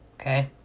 Okay